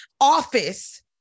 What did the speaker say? office